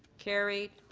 carried.